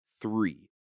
three